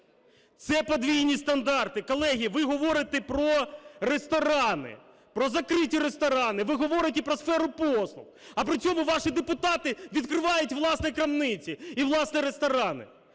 Це подвійні стандарти. Колеги, ви говорите про ресторани, про закриті ресторани, ви говорите про сферу послуг, а при цьому ваші депутати відкривають власні крамниці і власні ресторани!